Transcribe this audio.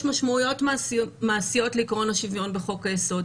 משמעויות מעשיות לעקרון השוויון בחוק יסוד.